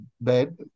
bed